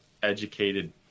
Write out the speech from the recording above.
educated